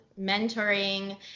mentoring